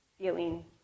feeling